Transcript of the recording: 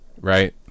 right